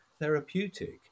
therapeutic